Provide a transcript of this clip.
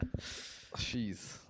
Jeez